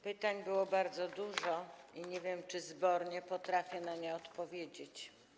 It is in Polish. Pytań było bardzo dużo i nie wiem, czy zbornie potrafię na nie odpowiedzieć.